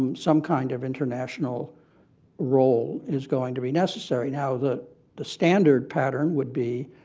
um some kind of international role is going to be necessary. now, the the standard pattern would be,